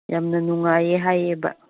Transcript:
ꯌꯥꯝꯅ ꯅꯨꯡꯉꯥꯏꯌꯦ ꯍꯥꯏꯌꯦꯕ